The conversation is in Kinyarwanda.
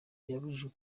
birabujijwe